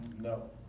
No